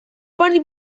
bunny